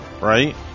Right